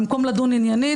במקום לדון עניינית,